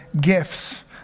gifts